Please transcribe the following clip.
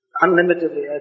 unlimitedly